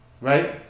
right